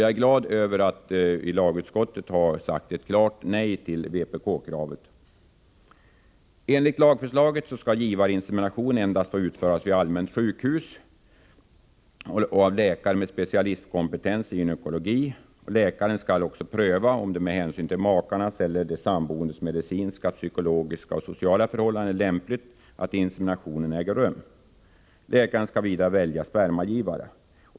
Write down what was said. Jag är glad över att man i lagutskottet har sagt ett klart nej till vpk-kravet. Enligt lagförslaget skall givarinsemination endast få utföras vid allmänt sjukhus och av läkare med specialistkompetens i gynekologi. Läkaren skall också pröva om det med hänsyn till makarnas eller de samboendes medicinska, psykologiska och sociala förhållanden är lämpligt att insemination äger rum. Läkaren skall också välja spermagivare.